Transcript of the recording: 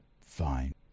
fine